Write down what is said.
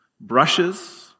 brushes